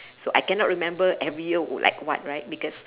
so I cannot remember every year would like what right because